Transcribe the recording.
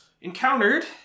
encountered